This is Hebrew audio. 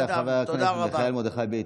תודה רבה לחבר הכנסת מיכאל ביטון.